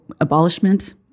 Abolishment